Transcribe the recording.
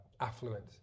affluent